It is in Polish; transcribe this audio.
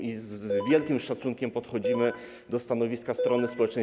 i z wielkim szacunkiem podchodzimy do stanowiska strony społecznej.